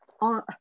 on